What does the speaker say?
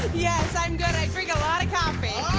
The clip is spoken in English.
yes, i'm good. i drink a lot of coffee.